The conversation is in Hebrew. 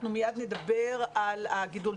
אנחנו מיד נדבר על הגידול.